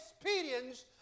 experience